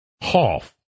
half